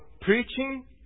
preaching